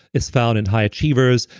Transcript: it's found in high achievers.